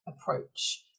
approach